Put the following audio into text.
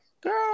girl